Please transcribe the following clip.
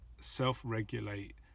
self-regulate